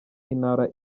intara